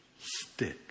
stick